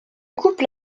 couple